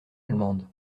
allemande